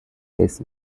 his